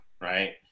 right